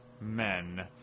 men